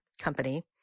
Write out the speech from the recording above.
company